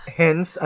hence